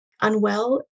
unwell